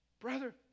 brother